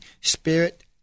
spirit